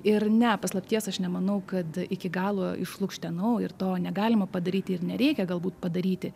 ir ne paslapties aš nemanau kad iki galo išlukštenau ir to negalima padaryti ir nereikia galbūt padaryti